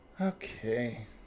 okay